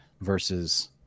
versus